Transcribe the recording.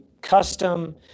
custom